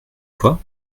fois